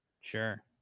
Sure